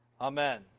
Amen